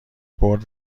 برد